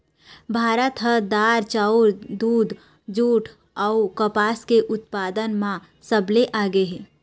भारत ह दार, चाउर, दूद, जूट अऊ कपास के उत्पादन म सबले आगे हे